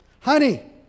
Honey